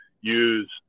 use